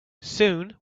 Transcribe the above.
soon